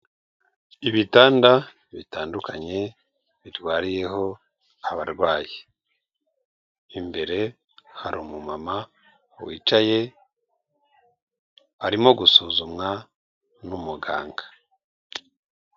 Ibitanda bitandukanye birwariyeho abarwayi, imbere hari umumama wicaye arimo gusuzumwa n'umuganga.